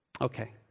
Okay